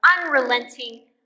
unrelenting